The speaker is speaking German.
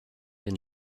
den